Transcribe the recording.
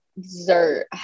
dessert